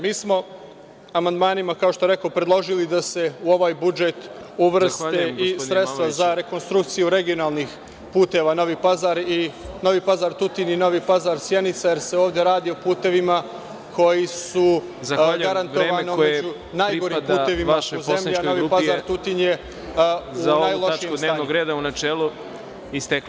Mi smo amandmanima, kako što rekoh, predložili da se u ovaj budžet uvrste i sredstva za rekonstrukciju regionalnih puteva Novi Pazar i Novi Pazar-Tutin i Novi Pazar-Sjenica, jer se ovde radi o putevima koji su garantovano među najgorim putevima u zemlji, a Novi Pazar-Tutin je u najlošijem stanju.